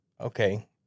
okay